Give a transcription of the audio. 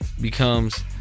becomes